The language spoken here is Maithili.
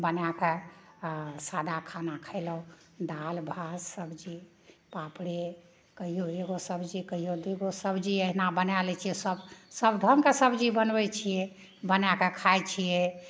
बना कए आओर सादा खाना खेलहुँ दालि भात सब्जी पापड़ो कहियो एगो सब्जी कहियो दू गो सब्जी अहिना बनय लै छियै सब सब ढङ्गके सब्जी बनबय छियै बनय कऽ खाइ छियै